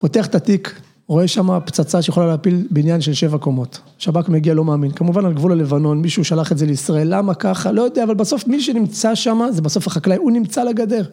פותח את התיק, רואה שמה פצצה שיכולה להפיל בניין של שבע קומות. שב"כ מגיע לא מאמין, כמובן על גבול הלבנון, מישהו שלח את זה לישראל, למה? ככה, לא יודע, אבל בסוף מי שנמצא שם זה בסוף החקלאי, הוא נמצא על הגדר.